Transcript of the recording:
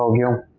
you